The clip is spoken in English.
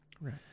Right